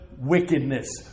wickedness